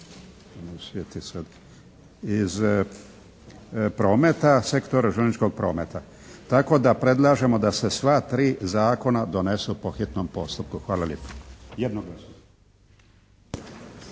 iz prometa, sektora željezničkog prometa. Tako da predlažemo da se sva 3 zakona donesu po hitnom postupku. Hvala lijepo. Jednoglasno.